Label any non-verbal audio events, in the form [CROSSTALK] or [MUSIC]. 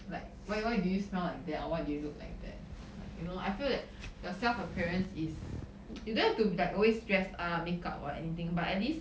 like why why do you smell like that or why do you look like that like you know I feel that your self appearance is [NOISE] you don't have to be like always dressed up makeup or anything but at least